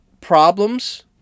problems